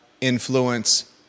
influence